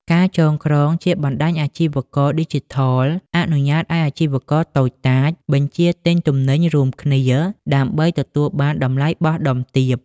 ការចងក្រងជា បណ្ដាញអាជីវករឌីជីថល អនុញ្ញាតឱ្យអាជីវករតូចតាចបញ្ជាទិញទំនិញរួមគ្នាដើម្បីទទួលបានតម្លៃបោះដុំទាប។